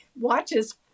watches